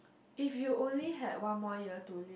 if you only had one more year to live